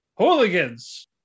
hooligans